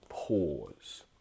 pause